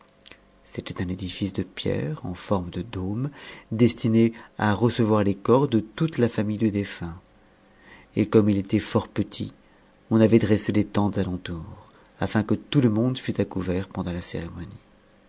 c'était un édince de pierre en forme de dôme destiné à recevoir les corps de toute la tamihe du défunt et comme il était fort petit on avait dressé des tentes à l'entour afin que tout le monde mt à couvert pendant la cérémonie